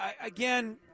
again